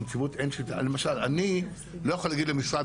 אני לא יכול להגיד למשרד,